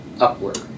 upward